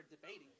debating